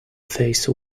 face